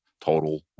total